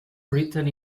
written